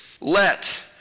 let